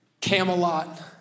Camelot